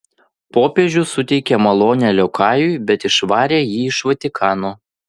popiežius suteikė malonę liokajui bet išvarė jį iš vatikano